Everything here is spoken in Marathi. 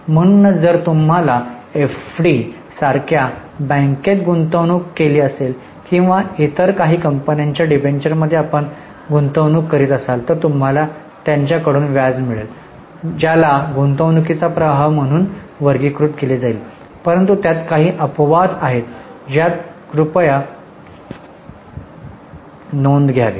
म्हणूनच जर तुम्हाला एफडी सारख्या बँकेत गुंतवणूक केली गेली असेल किंवा इतर काही कंपनीच्या डिबेंचरमध्ये आपण दासी गुंतवणूक करत असाल तर तुम्हाला त्यांच्याकडून व्याज मिळेल ज्याला गुंतवणूकीचा प्रवाह म्हणून वर्गीकृत केले जाईल परंतु त्यात काही अपवाद आहेत ज्यात कृपया नोंद घ्यावी